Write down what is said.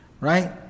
right